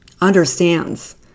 understands